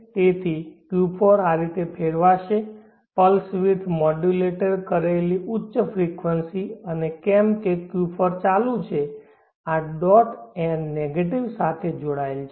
તેથી Q4 આ રીતે ફેરવાશે પલ્સ વીડ્થ મોડ્યુલેટ કરેલી ઉચ્ચ ફ્રીક્વન્સી અને કેમ કે Q4 ચાલુ છે આ ડોટ એન્ડ નેગેટિવ સાથે જોડાયેલ છે